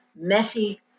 messy